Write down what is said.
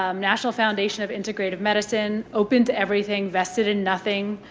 um national foundation of integrative medicine open to everything, vested in nothing.